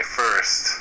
first